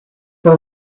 for